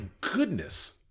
goodness